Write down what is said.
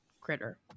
critter